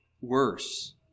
worse